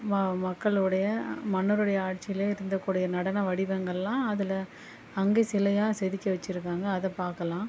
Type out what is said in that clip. ம மக்களுடைய மன்னருடைய ஆட்சியிலே இருந்தக்கூடிய நடன வடிவங்கள்லாம் அதில் அங்கே சிலையாக செதுக்கி வச்சுருக்காங்க அதை பார்க்கலாம்